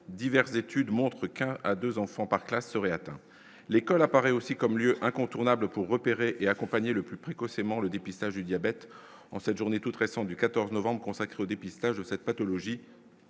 diverses études montrent qu'un à 2 enfants par classe serait atteint l'école apparaît aussi comme lieu incontournable pour repérer et accompagner le plus précoce et mort le dépistage du diabète, en cette journée toute récente du 14 novembre consacre dépistage de cette pathologie,